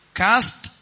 cast